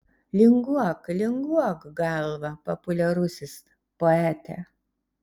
linguok linguok galva populiarusis poete